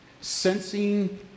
sensing